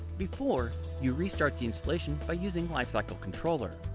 before you restart the installation by using lifecycle controller.